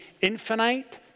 infinite